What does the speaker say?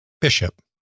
Bishop